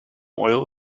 oil